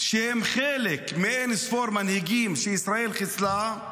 שהן חלק מהאין-ספור מנהיגים שישראל חיסלה,